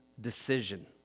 decision